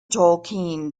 tolkien